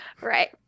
Right